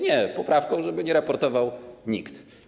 Nie, poprawkę, żeby nie raportował nikt.